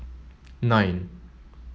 nine